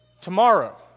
tomorrow